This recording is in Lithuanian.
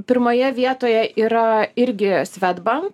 pirmoje vietoje yra irgi swedbank